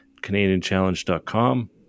CanadianChallenge.com